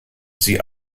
sie